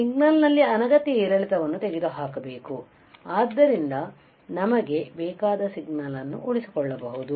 ಸಿಗ್ನಲ್ನಲ್ಲಿನ ಅನಗತ್ಯ ಏರಿಳಿತವನ್ನು ತೆಗೆದುಹಾಕಬೇಕು ಇದರಿಂದ ನಮಗೆ ಬೇಕಾದ ಸಿಗ್ನಲ್ನ್ನು ಉಳಿಸಿಕೊಳ್ಳಬಹುದು